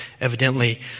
evidently